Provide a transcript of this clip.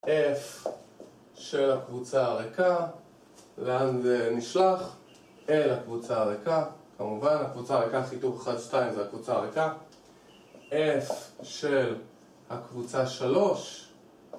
F של הקבוצה הריקה, לאן זה נשלח? אל הקבוצה הריקה, כמובן, הקבוצה הריקה חיתוך 1-2 זה הקבוצה הריקה F של הקבוצה 3